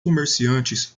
comerciantes